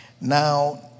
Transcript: now